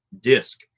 disc